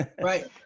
Right